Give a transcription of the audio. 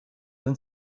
then